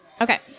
Okay